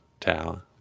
tower